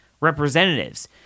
representatives